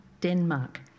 Denmark